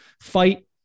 fight